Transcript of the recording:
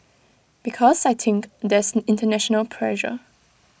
because I think there's International pressure